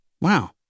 Wow